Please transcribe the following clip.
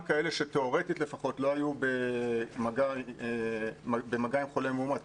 גם כאלה שתיאורטית לפחות לא היו במגע עם חולה מאומת,